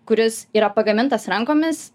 kuris yra pagamintas rankomis